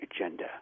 agenda